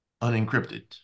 unencrypted